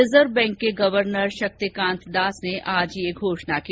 reserve bank के governor Shaktikanta Das ने आज यह घोषणा की